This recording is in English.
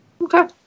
Okay